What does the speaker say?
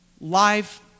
life